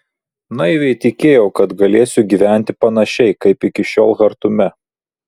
naiviai tikėjau kad galėsiu gyventi panašiai kaip iki šiol chartume